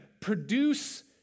produce